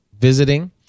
visiting